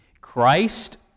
Christ